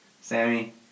Sammy